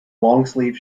longsleeve